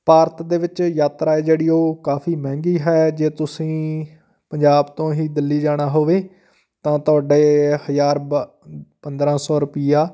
ਭਾਰਤ ਦੇ ਵਿੱਚ ਯਾਤਰਾ ਹੈ ਜਿਹੜੀ ਉਹ ਕਾਫੀ ਮਹਿੰਗੀ ਹੈ ਜੇ ਤੁਸੀਂ ਪੰਜਾਬ ਤੋਂ ਹੀ ਦਿੱਲੀ ਜਾਣਾ ਹੋਵੇ ਤਾਂ ਤੁਹਾਡੇ ਹਜ਼ਾਰ ਬਾ ਪੰਦਾਰਾਂ ਸੌ ਰੁਪਈਆ